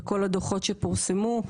בכל הדוחות שפורסמו.